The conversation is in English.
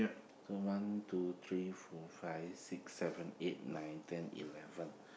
so one two three four five six seven eight nine ten eleven